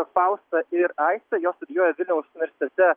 fausta ir aistė jos studijuoja vilniaus universitete